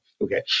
Okay